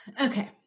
okay